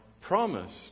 promised